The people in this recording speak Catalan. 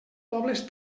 pobles